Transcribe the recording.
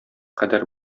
кадәр